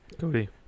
Cody